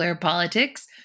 Politics